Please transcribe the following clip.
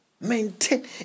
Maintain